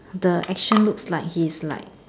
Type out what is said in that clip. the action looks like he's like